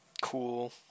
cool